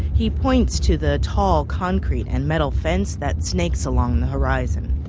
he points to the tall concrete and metal fence that snakes along the horizon.